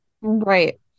right